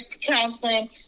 counseling